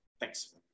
Thanks